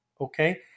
okay